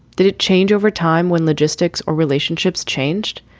did it change over time when logistics or relationships changed?